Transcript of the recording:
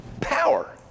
Power